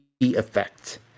effect